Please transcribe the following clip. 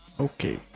Okay